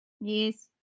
Yes